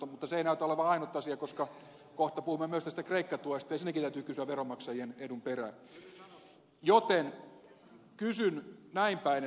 mutta se ei näytä olevan ainut asia koska kohta puhumme myös tästä kreikka tuesta ja siinäkin täytyy kysyä veronmaksajien edun perään joten kysyn näinpäin